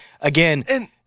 again—